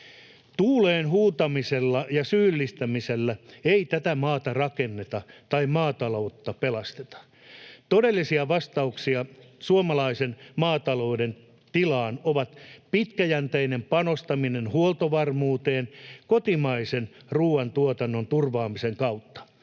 Tuuleen huutamisella ja syyllistämisellä ei tätä maata rakenneta tai maataloutta pelasteta. Todellinen vastaus suomalaisen maatalouden tilaan on pitkäjänteinen panostaminen huoltovarmuuteen kotimaisen ruuantuotannon turvaamisen kautta.